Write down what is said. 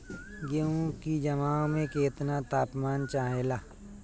गेहू की जमाव में केतना तापमान चाहेला?